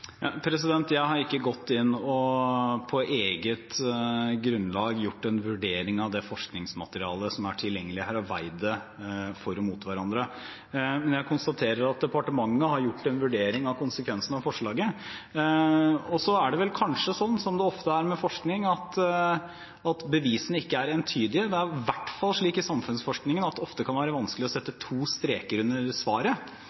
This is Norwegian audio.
Jeg har på eget grunnlag ikke gått inn og foretatt en vurdering av det forskningsmaterialet som er tilgjengelig her, og veid det opp mot hverandre. Men jeg konstaterer at departementet har foretatt en vurdering av konsekvensene av forslaget. Så er det vel kanskje sånn, som det ofte er med forskning, at bevisene ikke er entydige. Det er i hvert fall slik i samfunnsforskningen at det ofte kan være vanskelig å sette to streker under svaret.